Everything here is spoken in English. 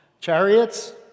chariots